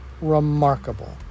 remarkable